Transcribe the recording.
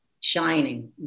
shining